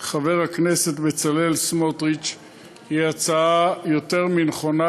חבר הכנסת בצלאל סמוטריץ היא הצעה יותר מנכונה,